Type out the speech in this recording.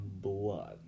blood